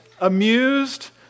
amused